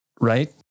Right